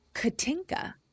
Katinka